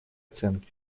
оценки